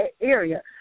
area